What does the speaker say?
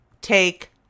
take